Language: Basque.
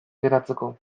geratzeko